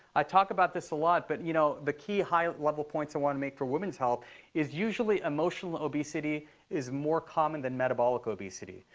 i talk about this a lot. but you know the key high level point i want to make for women's health is usually emotional obesity is more common than metabolic obesity.